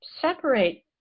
separate